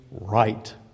right